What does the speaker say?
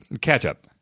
ketchup